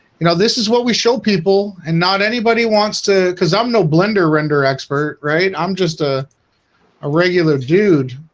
you know, this is what we show people and not anybody wants to because i'm no blender render expert right? i'm just a ah regular dude